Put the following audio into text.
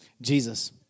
Jesus